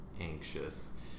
anxious